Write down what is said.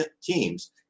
teams